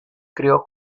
crio